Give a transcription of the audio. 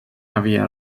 havia